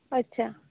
ᱟᱪᱪᱷᱟ